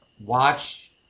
watch